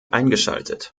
eingeschaltet